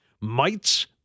Mites